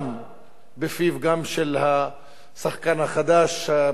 גם בפיו של השחקן החדש בזירה הפוליטית,